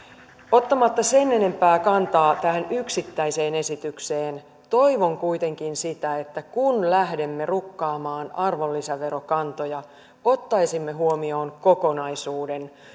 ottamatta sen enempää kantaa tähän yksittäiseen esitykseen toivon kuitenkin sitä että kun lähdemme rukkaamaan arvonlisäverokantoja ottaisimme huomioon kokonaisuuden